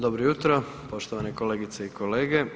Dobro jutro, poštovane kolegice i kolege.